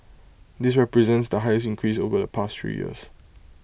this represents the highest increase over the past three years